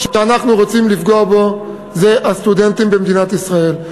שאנחנו רוצים לפגוע בו זה הסטודנטים במדינת ישראל.